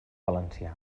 valencià